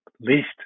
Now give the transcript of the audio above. least